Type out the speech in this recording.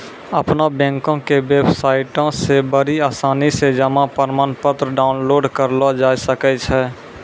अपनो बैंको के बेबसाइटो से बड़ी आसानी से जमा प्रमाणपत्र डाउनलोड करलो जाय सकै छै